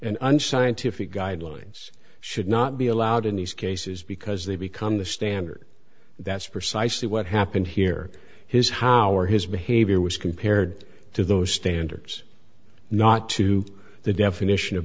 and unscientific guidelines should not be allowed in these cases because they become the standard that's precisely what happened here his how are his behavior was compared to those standards not to the definition of